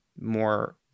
more